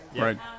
right